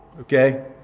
Okay